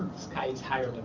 sky is higher